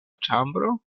ĉambro